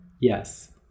yes